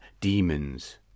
demons